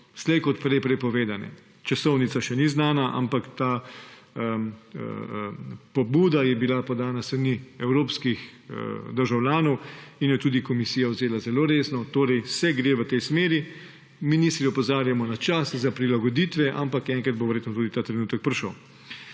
slej ko prej prepovedane. Časovnica še ni znana, ampak ta pobuda je bila podana s strani evropskih državljanov in jo je tudi Komisija vzela zelo resno. Torej se gre v tej smeri. Ministri opozarjamo na čas za prilagoditve, ampak enkrat bo verjetno tudi ta trenutek prišel.